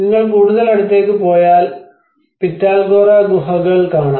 നിങ്ങൾ കൂടുതൽ അടുത്തേക്ക് പോയാൽ പിറ്റാൽഖോറ ഗുഹകൾ കാണാം